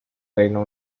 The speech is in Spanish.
reino